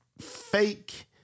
fake